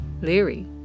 Leary